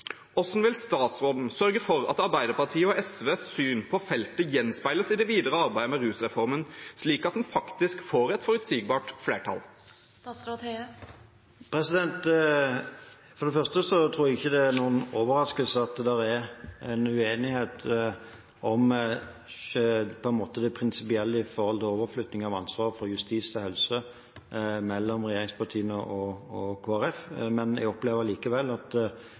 Hvordan vil statsråden sørge for at Arbeiderpartiet og SVs syn på feltet gjenspeiles i det videre arbeidet med rusreformen, slik at en faktisk får et forutsigbart flertall? For det første tror jeg ikke det er noen overraskelse at det er uenighet om det prinsipielle ved en overflytting av ansvar fra justissektoren til helsesektoren mellom regjeringspartiene og Kristelig Folkeparti. Men jeg opplever allikevel at